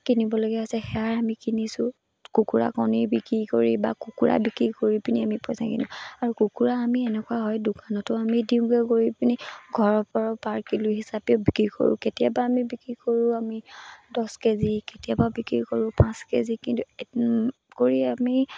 কিনিবলগীয়া হৈছে সেয়াৰে আমি কিনিছোঁ কুকুৰা কণী বিক্ৰী কৰি বা কুকুৰা বিক্ৰী কৰি পিনি আমি পইচা কিনো আৰু কুকুৰা আমি এনেকুৱা হয় দোকানতো আমি দিওঁগৈ গৈ পিনি ঘৰৰ ঘৰৰ পৰাও পাৰ কিলো হিচাপে বিক্ৰী কৰোঁ কেতিয়াবা আমি বিক্ৰী কৰোঁ আমি দছ কেজি কেতিয়াবা বিক্ৰী কৰোঁ পাঁচ কেজি কিন্তু কৰি আমি